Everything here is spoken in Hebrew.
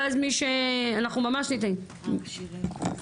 אנחנו ממש זריזים.